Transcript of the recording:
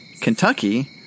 Kentucky